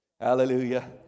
Hallelujah